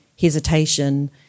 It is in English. hesitation